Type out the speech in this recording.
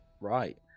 right